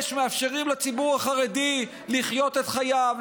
מאפשרים לציבור החרדי לחיות את חייו,